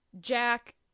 Jack